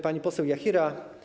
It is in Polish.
Pani poseł Jachira.